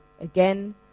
again